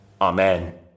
amen